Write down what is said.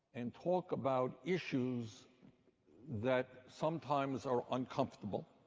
and talk about issues that sometimes are uncomfortable.